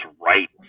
right